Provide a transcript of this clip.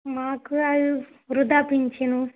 మాకు వృద్దాప్య పెన్షన్